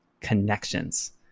connections